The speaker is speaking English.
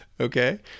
Okay